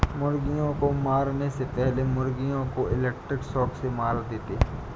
मुर्गियों को मारने से पहले मुर्गियों को इलेक्ट्रिक शॉक से मार देते हैं